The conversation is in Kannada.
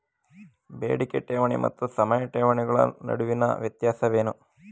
ಬೇಡಿಕೆ ಠೇವಣಿ ಮತ್ತು ಸಮಯ ಠೇವಣಿಗಳ ನಡುವಿನ ವ್ಯತ್ಯಾಸವೇನು?